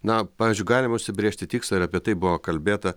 na pavyzdžiui galima užsibrėžti tikslą ir apie tai buvo kalbėta